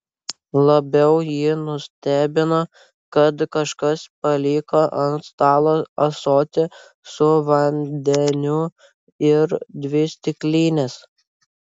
labiau jį nustebino kad kažkas paliko ant stalo ąsotį su vandeniu ir dvi stiklines